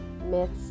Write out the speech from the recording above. myths